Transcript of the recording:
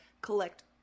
collect